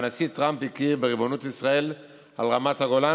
והנשיא טראמפ הכיר בריבונות ישראל על רמת הגולן,